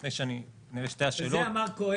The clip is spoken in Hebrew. לפני שאני אענה על שתי השאלות -- על זה אמר קהלת,